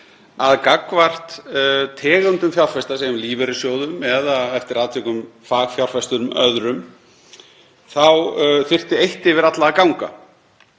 að gagnvart tegundum fjárfesta, segjum lífeyrissjóðum eða eftir atvikum fagfjárfestum öðrum, þá þyrfti eitt yfir alla að ganga.